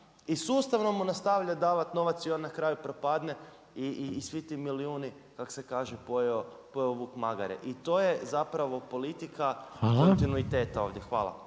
i sustavno mu nastavi davati novac i on na kraju propadne i svi ti milijuni kak se kaže pojeo vuk magare. I to je zapravo politika kontinuiteta ovdje. Hvala.